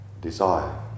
desire